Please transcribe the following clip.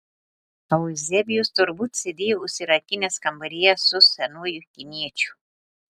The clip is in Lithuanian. euzebijus turbūt sėdėjo užsirakinęs kambaryje su senuoju kiniečiu